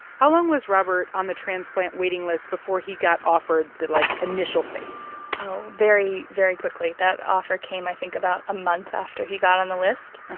how long was robert on the transplant waiting list before he got offered the, like, initial face? oh, very, very quickly. that offer came, i think, about a month after he got on the list,